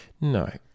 No